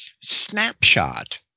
snapshot